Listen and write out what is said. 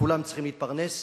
כולם צריכים להתפרנס,